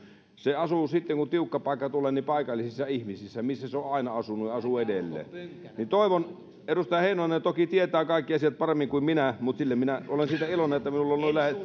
se asuu sitten kun tiukka paikka tulee paikallisissa ihmisissä missä se on aina asunut ja asuu edelleen edustaja heinonen toki tietää kaikki asiat paremmin kuin minä mutta minä olen iloinen että minulla